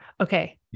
okay